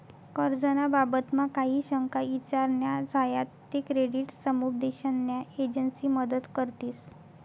कर्ज ना बाबतमा काही शंका ईचार न्या झायात ते क्रेडिट समुपदेशन न्या एजंसी मदत करतीस